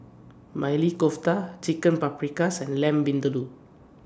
Maili Kofta Chicken Paprikas and Lamb Vindaloo